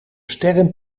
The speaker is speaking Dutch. sterren